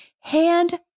hand